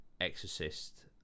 exorcist